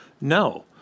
No